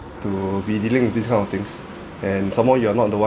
to be dealing with this kind of things and some more you are not the one